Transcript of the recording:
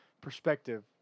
perspective